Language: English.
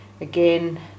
again